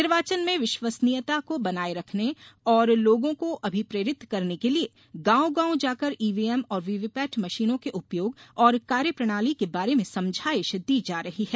निर्वाचन में विश्वसनीयता को बनाये रखने और लोगों को अभिप्रेरित करने के लिये गांव गांव जाकर ईवीएम और वीवीपैट मशीनों के उपयोग और कार्यप्रणाली के बारे में समझाइश दी जा रही है